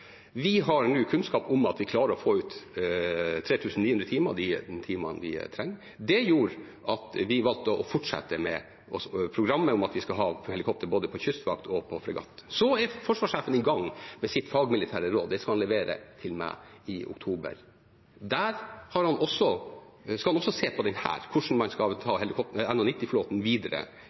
Vi har nå kunnskap om at vi klarer å få ut 3 900 timer – de timene vi trenger. Det gjorde at vi valgte å fortsette programmet om at vi skal ha helikopter på både kystvakt og fregatt. Forsvarssjefen er i gang med sitt fagmilitære råd. Det skal han levere til meg i oktober. Der skal han også se på dette – hvordan man skal ta